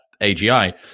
AGI